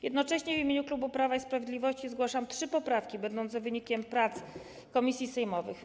Jednocześnie w imieniu klubu Prawa i Sprawiedliwości zgłaszam trzy poprawki będące wynikiem prac komisji sejmowych.